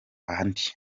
andi